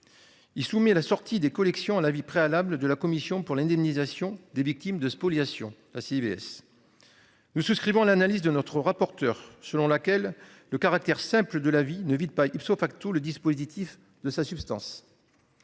Il soumis à la sortie des collections à l'avis préalable de la Commission pour l'indemnisation des victimes de spoliations si vs. Nous souscrivons l'analyse de notre rapporteur selon laquelle le caractère simples de la vie ne vide pas ipso facto le dispositif de sa substance.